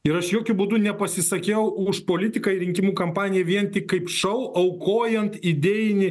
ir aš jokiu būdu nepasisakiau už politiką ir rinkimų kampaniją vien tik kaip šou aukojant idėjinį